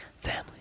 family